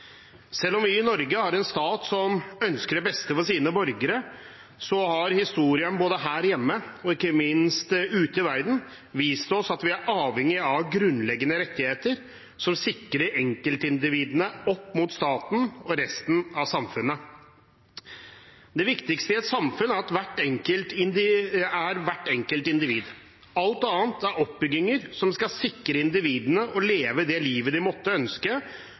Selv om vi i Norge har en stat som ønsker det beste for sine borgere, har historien både her hjemme og ikke minst ute i verden vist oss at vi er avhengige av grunnleggende rettigheter som sikrer enkeltindividene opp mot staten og resten av samfunnet. Det viktigste i et samfunn er hvert enkelt individ. Alt annet er oppbygginger som skal sikre at individene kan leve det livet de måtte ønske,